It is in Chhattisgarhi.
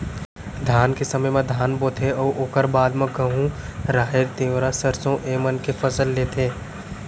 धान के समे म धान बोथें अउ ओकर बाद म गहूँ, राहेर, तिंवरा, सरसों ए मन के फसल लेथें